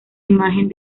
imagen